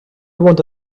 want